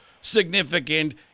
significant